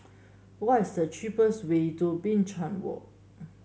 what is the cheapest way to Binchang Walk